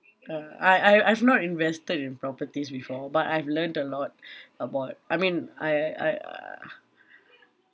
uh I I I've not invested in properties before but I've learned a lot about I mean I I uh